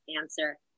answer